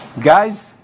Guys